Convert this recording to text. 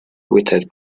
without